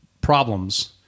problems